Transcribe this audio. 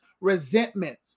resentment